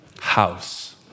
house